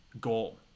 Goal